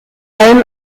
allem